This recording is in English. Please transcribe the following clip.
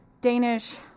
Danish